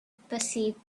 perceived